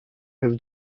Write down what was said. his